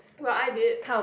what I did